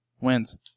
wins